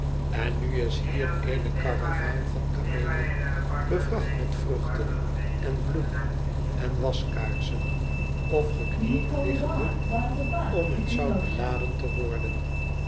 en nu is hier eene karavaan van kameelen bevracht met vruchten en bloemen en waskaarsen of geknield liggende om met zout beladen te worden